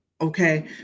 Okay